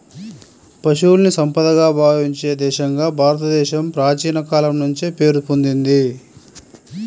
పశువుల్ని సంపదగా భావించే దేశంగా భారతదేశం ప్రాచీన కాలం నుంచే పేరు పొందింది